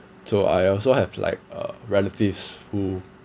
so I also have like uh relatives who